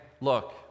look